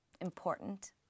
important